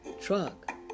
Truck